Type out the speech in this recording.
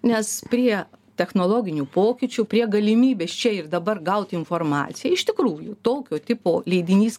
nes prie technologinių pokyčių prie galimybės čia ir dabar gauti informaciją iš tikrųjų tokio tipo leidinys